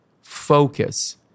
focus